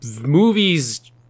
movies